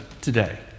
today